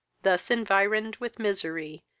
thus environed with misery,